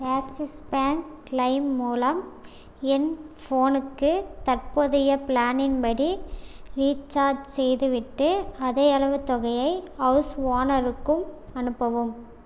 axis Bank லைம் மூலம் என் ஃபோனுக்கு தற்போதைய பிளானின் படி ரீசார்ஜ் செய்துவிட்டு அதேயளவு தொகையை ஹவுஸ் ஓனருக்கும் அனுப்பவும்